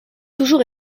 toujours